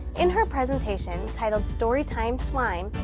in her presentation titled story time slime,